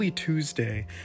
Tuesday